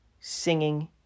singing